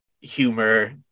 humor